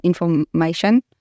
information